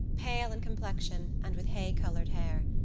pale in complexion and with hay-coloured hair.